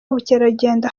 ubukerarugendo